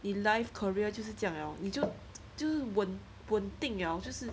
in life career 就是这样了你就就是稳稳定了就是